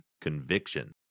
Conviction